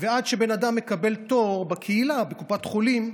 ועד שבן אדם מקבל תור בקהילה בקופת חולים,